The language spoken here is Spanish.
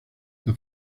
las